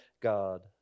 God